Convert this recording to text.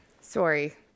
Sorry